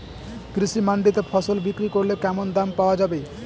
কৃষি মান্ডিতে ফসল বিক্রি করলে কেমন দাম পাওয়া যাবে?